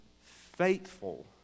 faithful